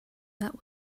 that